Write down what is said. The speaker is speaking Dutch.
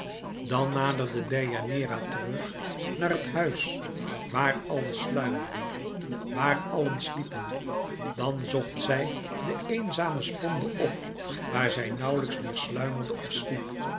dan naderde deianeira terug naar het huis waar alles sluimerde waar allen sliepen dan zocht zij de eenzame sponde op waar zij nauwlijks meer sluimerde of sliep